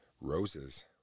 Roses